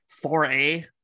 4A